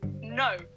no